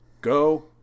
Go